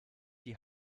die